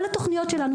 כל התוכניות שלנו,